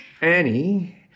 Annie